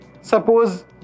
suppose